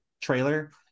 trailer